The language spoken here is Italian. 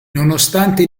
nonostante